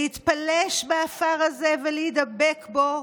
להתפלש בעפר הזה ולהידבק בו